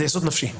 זה יסוד נפשי.